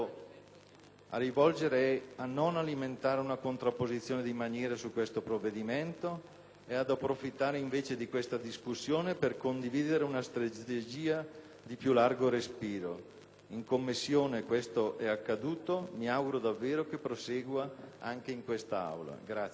a rivolgere è a non alimentare una contrapposizione di maniera sul provvedimento in esame e ad approfittare invece di questa discussione per condividere una strategia di più largo respiro. In Commissione ciò è accaduto e mi auguro davvero che prosegua anche in questa Aula.